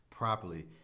Properly